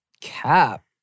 Cap